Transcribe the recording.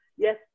Yes